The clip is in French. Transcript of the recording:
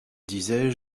disais